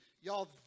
Y'all